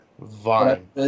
Vine